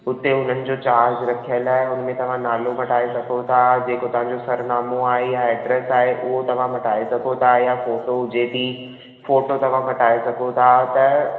हुते उन्हनि जो चार्ज रखियल आहे हुन में तव्हां नालो मटाए सघो था जेको तव्हांजो सरनामो आहे या एड्रेस आहे उहो तव्हां मटाए सघो था या फोटो हुजे त फोटो तव्हां मटाए सघो था त